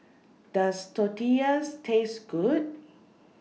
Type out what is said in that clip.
Does Tortillas Taste Good